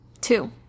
Two